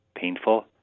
painful